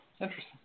Interesting